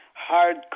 hard